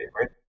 Right